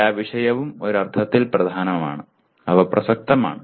എല്ലാ വിഷയവും ഒരു അർത്ഥത്തിൽ പ്രധാനമാണ് അവ പ്രസക്തമാണ്